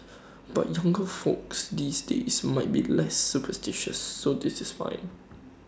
but younger folks these days might be less superstitious so this is fine